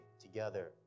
Together